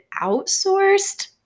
outsourced